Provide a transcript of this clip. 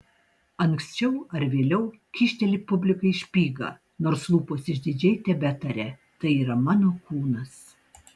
anksčiau ar vėliau kyšteli publikai špygą nors lūpos išdidžiai tebetaria tai yra mano kūnas